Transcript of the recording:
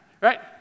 Right